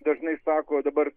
dažnai sako dabar